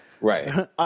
right